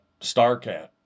starcat